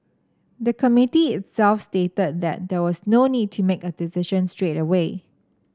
the Committee itself stated that there was no need to make a decision straight away